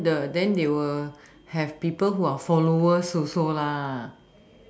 then the then they will have people who are followers also lah